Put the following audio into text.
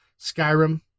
Skyrim